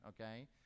Okay